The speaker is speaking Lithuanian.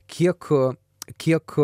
kiek kiek